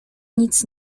nic